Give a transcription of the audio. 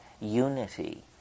unity